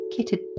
kitted